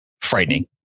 frightening